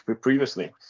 previously